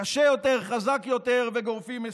קשה יותר, חזק יותר וגורפים הישגים.